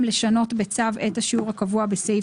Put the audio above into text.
ובפסקה (2) הוספנו גם "לשנות בצו את השיעור הקבוע בסעיף